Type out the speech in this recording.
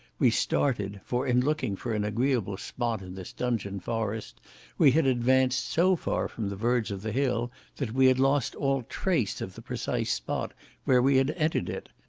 we started, for in looking for an agreeable spot in this dungeon forest we had advanced so far from the verge of the hill that we had lost all trace of the precise spot where we had entered it.